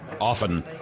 Often